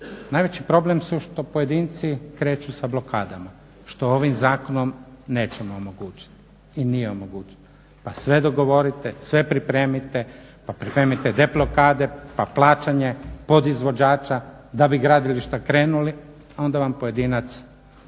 Najveći problem su što pojedinci kreću sa blokadama, što ovim zakonom nećemo omogućiti i nije omogućeno, pa sve dogovorite, sve pripremite, pa pripremite deblokade, pa plaćanje podizvođača da bi gradilišta krenuli, a onda vam pojedinac